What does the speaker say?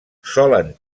solen